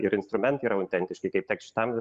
ir instrumentai yra autentiški kaip tik šitam